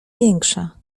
większa